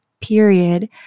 period